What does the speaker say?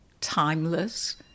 timeless